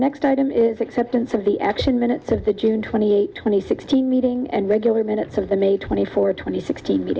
next item is acceptance of the action minutes of the june twenty eighth twenty sixteen meeting and regular minutes of the may twenty four twenty six